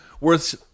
worth